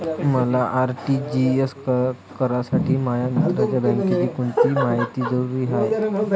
मले आर.टी.जी.एस करासाठी माया मित्राच्या बँकेची कोनची मायती जरुरी हाय?